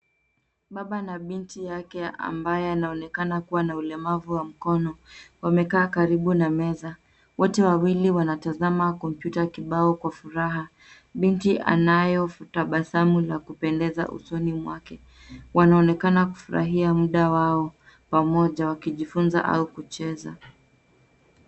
Baba na binti yake ambaye anaonekana kuwa na ulemavu wa mkono wamekaa karibu na meza wote wawili wanatazama kompyuta kibao Kwa furaha. Binti anayotabasamu na kupendeza usoni mwake. Wanaonekana kufurahia muda wao pamoja wakijifunza au kucheza.